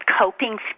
coping